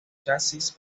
chasis